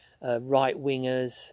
right-wingers